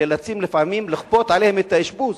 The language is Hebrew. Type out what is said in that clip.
נאלצים לפעמים לכפות עליהם את האשפוז,